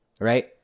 right